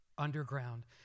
underground